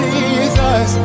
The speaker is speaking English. Jesus